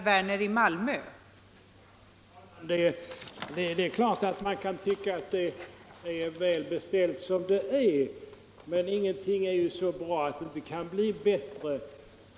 Fru talman! Det är klart att man kan tycka att det är väl beställt som det är, men ingenting är så bra att det inte kan bli bättre.